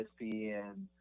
ESPN